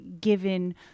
given